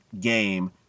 game